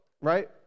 right